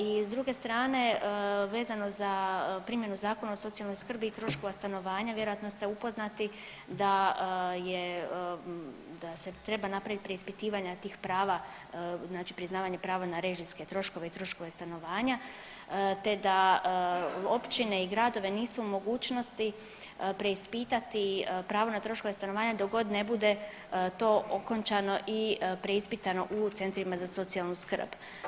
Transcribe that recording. I s druge strane vezano za primjenu Zakona o socijalnoj skrbi i troškova stanovanja, vjerojatno se upoznati da se treba napraviti preispitivanje tih prava znači priznavanje prava na režijske troškove i troškove stanovanja te da općine i gradovi nisu u mogućnosti preispitati pravo na troškove stanovanja dok god ne bude to okončano i preispitano u centrima za socijalnu skrb.